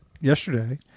yesterday